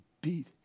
beat